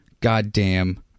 goddamn